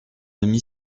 amie